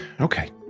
Okay